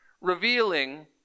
revealing